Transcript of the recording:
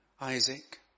Isaac